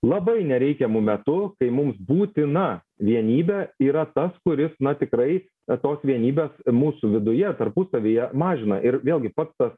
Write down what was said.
labai nereikiamu metu kai mums būtina vienybė yra tas kuris na tikrai tos vienybės mūsų viduje tarpusavyje mažina ir vėlgi pats tas